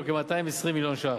הוא כ-220 מיליון ש"ח.